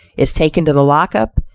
is taken to the lockup,